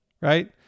right